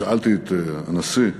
שאלתי את הנשיא